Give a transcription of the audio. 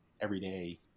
everyday